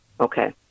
Okay